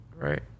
Right